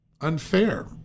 unfair